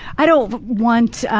i don't want